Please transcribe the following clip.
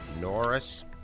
Norris